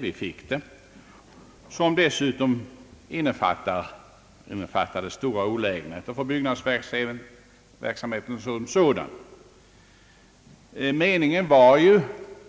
Vi fick ett sådant system, vilket dessutom innefattade stora olägenheter för byggnadsverksamheten som sådan. Meningen med det hela var